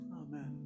Amen